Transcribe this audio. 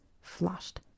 flushed